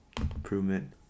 improvement